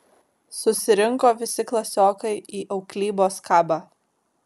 susirinko visi klasiokai į auklybos kabą